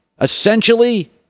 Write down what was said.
essentially